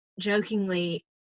jokingly